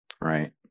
right